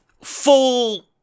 full